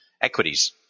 equities